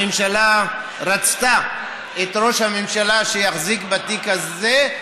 הממשלה רצתה שראש הממשלה יחזיק בתיק הזה,